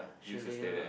chalet ah